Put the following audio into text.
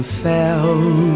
fell